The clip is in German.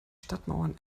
stadtmauern